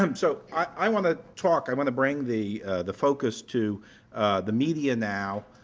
um so i want to talk. i want to bring the the focus to the media now.